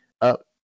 up